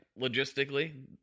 logistically